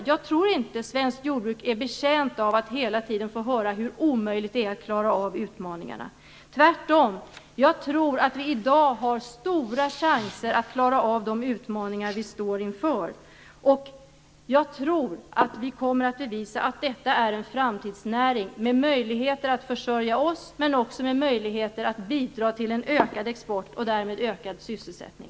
Jag tror inte att det svenska jordbruket är betjänt av att hela tiden få höra hur omöjligt det är att klara av utmaningarna. Jag tror tvärtom att vi i dag har stora chanser att klara av de utmaningar vi står inför. Jag tror att vi kommer att bevisa att detta är en framtidsnäring med möjligheter att försörja oss, men också med möjligheter att bidra till en ökad export och därmed ökad sysselsättning.